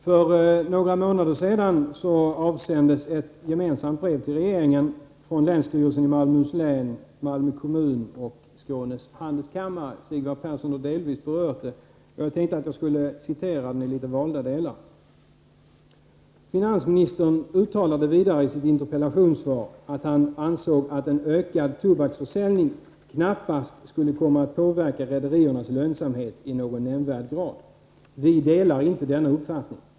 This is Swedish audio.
För några månader sedan avsändes ett gemensamt brev till regeringen från länsstyrelsen i Malmöhus län, Malmö kommun och Skånes handelskammare. Sigvard Persson har delvis berört det, och jag tänkte citera några valda delar: ”Finansministern uttalade vidare i sitt interpellationssvar att han ansåg att en ökad tobaksförsäljning knappast skulle komma att påverka rederiernas lönsamhet i någon nämnvärd grad. Vi delar inte denna uppfattning.